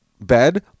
bed